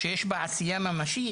שיש בה עשייה ממשית,